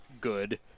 good